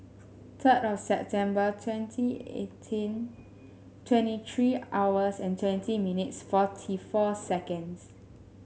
third of September twenty eighteen twenty three hours and twenty minutes forty four seconds